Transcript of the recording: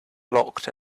locked